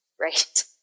right